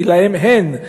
כי להם אין,